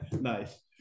Nice